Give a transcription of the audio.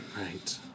right